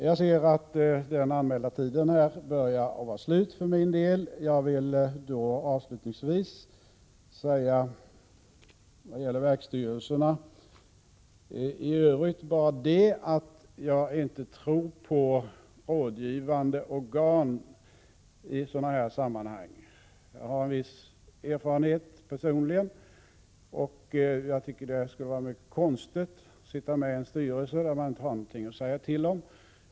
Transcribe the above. Jag ser att den föranmälda taletiden börjar ta slut för min del, och jag vill då avslutningsvis bara säga i vad gäller verksstyrelserna i övrigt att jag inte tror på rådgivande organ i sådana sammanhang. Jag har personligen en viss erfarenhet och tycker att det skulle vara mycket konstigt att sitta med i en — Prot. 1986/87:122 styrelse där man inte har någonting att säga till om.